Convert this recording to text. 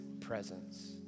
presence